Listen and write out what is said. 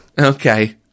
Okay